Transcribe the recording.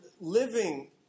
living